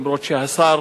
למרות שהשר